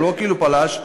הוא לא כאילו פלש.